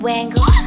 angle